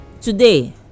today